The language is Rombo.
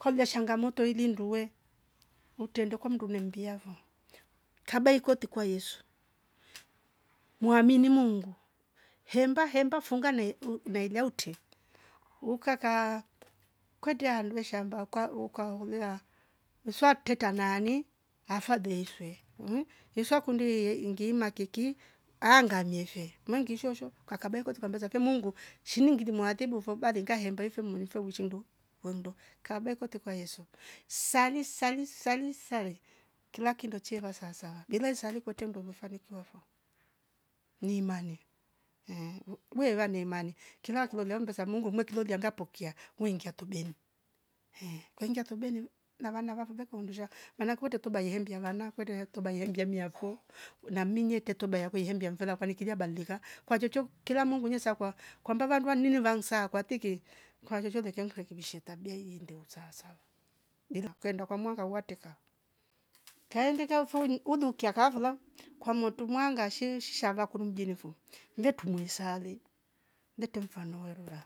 kolia shangamoto ili nduwe utende kwa mndu nembia vo kaba ikote kwa yesu mwamini mungu hemba hemba funga nae uu- unaliaute ukaka ukadia nduwe shamba kwa ukaola mswa keteta nane afa diswe mhh iswa kundi iyengima kiki anga miaefe mangi shosho ukakabe koti kwambeza fe mungu shiningili mwa tibuvo bali ngahemba ife ife mrife wechindo wendo kabe ikote kwa yesu sali sali sali sale kila kindoche yeva sasawa bila isali kwete ndo umefanikiwa vo ni imani ehh weva ni imani kila akilolia mbesa mungu ume kilolianga pokea wengia tubeni ehh wengia tubeni na vana va fuga kaundusha maana kwete toba hiyembia vana kwete hoktoba ihembia miafo na minyete toba yako himbia mfela kwanikilia badilika kwa chocho kila munguu nyesakwa kwamba vanduwa nini vansaa kwatike kwa chochote kinadu kakimbishie tabia iende usawasawa ila ukaenda kwa mwanga watifa kaendeka ufuni udikia kavala kwa motu mwangashe shishava kun mjini vo nde tumwe isare ndete mfano werula